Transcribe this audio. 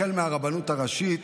החל מהרבנות הראשית,